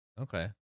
Okay